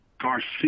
Garcia